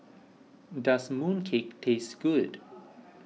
does Mooncake taste good